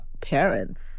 parents